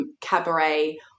cabaret